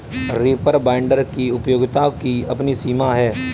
reaper binder की उपयोगिता की अपनी सीमा है